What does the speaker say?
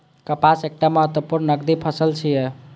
कपास एकटा महत्वपूर्ण नकदी फसल छियै